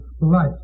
life